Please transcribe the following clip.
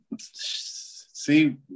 See